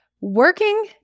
working